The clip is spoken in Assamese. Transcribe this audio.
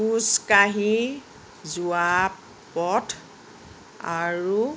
খোজকাঢ়ি যোৱা পথ আৰু